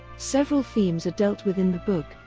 several themes are dealt with in the book,